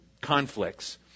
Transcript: conflicts